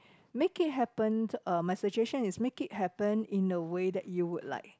make it happened uh my suggestion is make it happen in a way that you would like